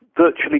virtually